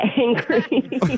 angry